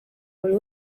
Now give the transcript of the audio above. buri